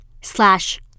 slash